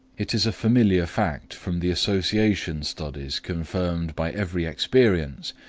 it is a familiar fact from the association studies confirmed by every experience,